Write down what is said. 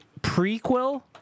prequel